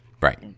right